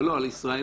אבל לא, על ישראלים.